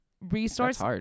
resource